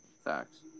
Facts